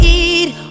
eat